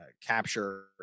capture